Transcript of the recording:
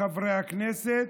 חברי הכנסת.